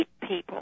people